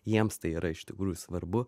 jiems tai yra iš tikrųjų svarbu